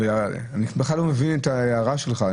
אני בכלל לא מבין את ההערה שלך.